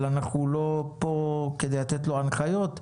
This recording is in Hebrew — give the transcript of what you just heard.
אבל אנחנו לא פה כדי לתת לו הנחיות.